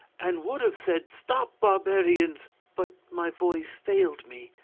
and would have said, stop, barbarians but my voice failed me,